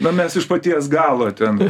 na mes iš paties galo ten